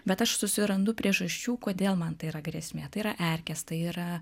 bet aš susirandu priežasčių kodėl man tai yra grėsmė tai yra erkės tai yra